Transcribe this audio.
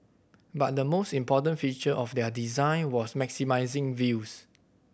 but the most important feature of their design was maximising views